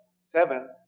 seven